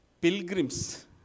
Pilgrims